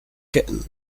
kitten